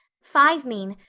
five mean,